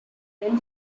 well